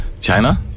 China